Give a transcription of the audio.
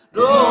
no